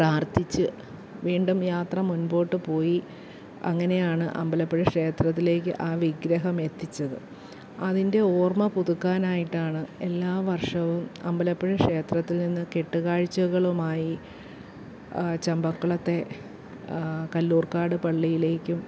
പ്രാർത്ഥിച്ച് വീണ്ടും യാത്ര മുൻപോട്ട് പോയി അങ്ങനെയാണ് അമ്പലപ്പുഴ ക്ഷേത്രത്തിലേക്ക് ആ വിഗ്രഹം എത്തിച്ചത് അതിൻ്റെ ഓർമ്മ പുതുക്കാനായിട്ടാണ് എല്ലാ വർഷവും അമ്പലപ്പുഴ ക്ഷേത്രത്തിൽ നിന്ന് കെട്ട് കാഴ്ചകളുമായി ചമ്പക്കുളത്തെ കല്ലൂർക്കാട് പള്ളിയിലേക്കും